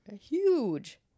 huge